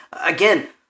again